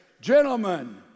Gentlemen